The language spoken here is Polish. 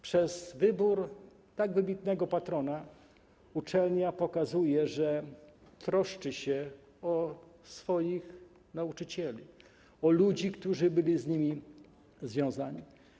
Przez wybór tak wybitnego patrona uczelnia pokazuje, że troszczy się o swoich nauczycieli, o ludzi, którzy są z nią związani.